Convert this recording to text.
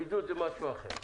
בידוד זה משהו אחר.